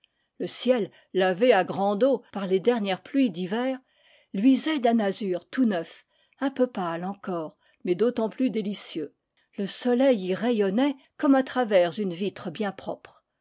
le ciel lavé à grande eau par les dernières pluies d'hiver luisait d'un azur tout neuf un peu pâle encore mais d'autant plus délicieux le soleil y rayonnait comme à travers une vitre bien propre